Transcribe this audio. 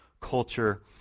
culture